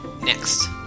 Next